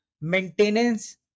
maintenance